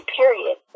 period